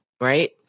right